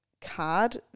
card